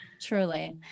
Truly